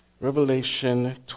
Revelation